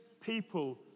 people